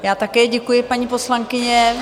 Já také děkuji, paní poslankyně.